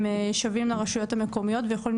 הם שווים לרשויות המקומיות והם יכולים